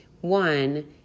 One